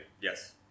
Yes